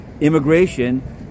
immigration—